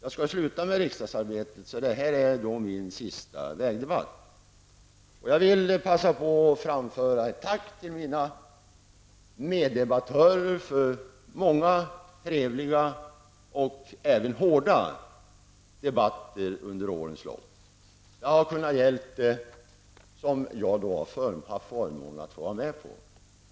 Jag skall sluta med riksdagsarbetet så det här är min sista vägdebatt. Jag vill passa på att framföra ett tack till mina meddebattörer för många trevliga och även hårda debatter under årens lopp som jag har haft förmånen att få vara med i.